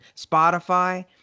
Spotify